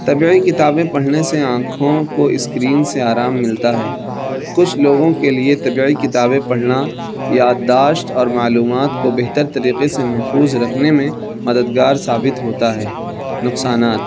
طبعی کتابیں پڑھنے سے آنکھوں کو اسکرین سے آرام ملتا ہے کچھ لوگوں کے لیے طبعی کتابیں پڑھنا یادداشت اور معلومات کو بہتر طریقے سے محفوظ رکھنے میں مددگار ثابت ہوتا ہے نقصانات